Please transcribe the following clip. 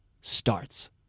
starts